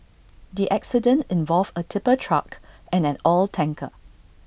the accident involved A tipper truck and an oil tanker